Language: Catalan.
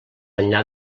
enllà